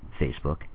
Facebook